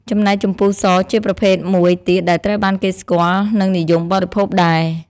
ចំណែកជម្ពូ ស ជាប្រភេទមួយទៀតដែលត្រូវបានគេស្គាល់ និងនិយមបរិភោគដែរ។